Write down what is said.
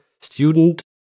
student